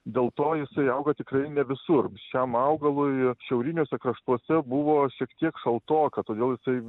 dėl to jisai auga tikrai ne visur šiam augalui šiauriniuose kraštuose buvo šiek tiek šaltoka todėl jisai